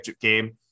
game